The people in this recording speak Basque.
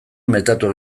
metatu